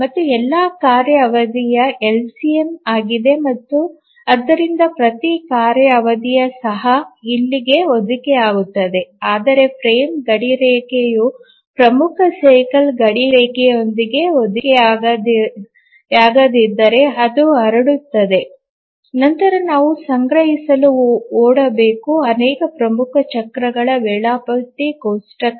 ಇದು ಎಲ್ಲಾ ಕಾರ್ಯ ಅವಧಿಯ ಎಲ್ಸಿಎಂ ಆಗಿದೆ ಮತ್ತು ಆದ್ದರಿಂದ ಪ್ರತಿ ಕಾರ್ಯ ಅವಧಿಯು ಸಹ ಇಲ್ಲಿಗೆ ಹೊಂದಿಕೆಯಾಗುತ್ತದೆ ಆದರೆ ಫ್ರೇಮ್ ಗಡಿರೇಖೆಯು ಪ್ರಮುಖ ಸೈಕಲ್ ಗಡಿಯೊಂದಿಗೆ ಹೊಂದಿಕೆಯಾಗದಿದ್ದರೆ ಅದು ಹರಡುತ್ತದೆ ನಂತರ ನಾವು ಸಂಗ್ರಹಿಸಲು ಓಡಬೇಕು ಅನೇಕ ಪ್ರಮುಖ ಚಕ್ರಗಳ ವೇಳಾಪಟ್ಟಿ ಕೋಷ್ಟಕ